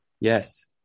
Yes